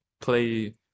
play